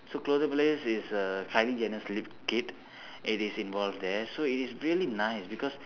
so is err kylie jenner's lip kit it is involved there so it is really nice because